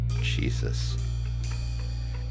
Jesus